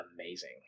amazing